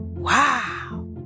Wow